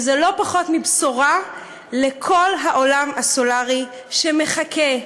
וזה לא פחות מבשורה לכל העולם הסולרי שמחכה,